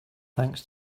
thanks